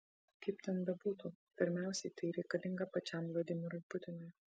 kaip ten bebūtų pirmiausiai tai reikalinga pačiam vladimirui putinui